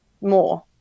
more